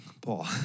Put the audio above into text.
Paul